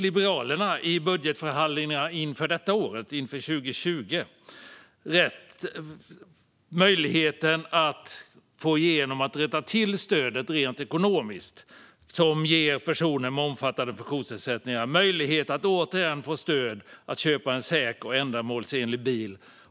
Liberalerna fick i budgetförhandlingarna inför 2020 möjlighet att rätta till stödet rent ekonomiskt, vilket ger personer med omfattande funktionsnedsättningar möjlighet att återigen få stöd för att köpa en säker och ändamålsenlig bil.